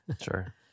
Sure